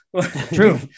True